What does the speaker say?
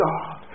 God